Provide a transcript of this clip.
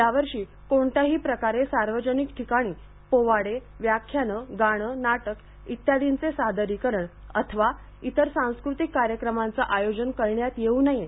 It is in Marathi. यावर्षी कोणत्याही प्रकारे सार्वजनिक ठिकाणी पोवाडे व्याख्यान गाणे नाटक इत्यादींचे सादरीकरण अथवा इतर सांस्कृतिक कार्यक्रमांचं आयोजन करण्यात येऊ नये